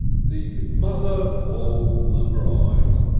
the mother of the bride.